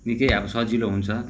निकै अब सजिलो हुन्छ